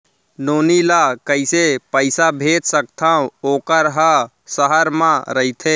नोनी ल कइसे पइसा भेज सकथव वोकर ह सहर म रइथे?